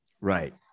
Right